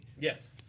Yes